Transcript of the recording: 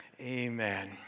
amen